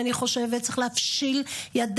אנו